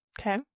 Okay